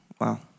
wow